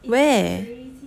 where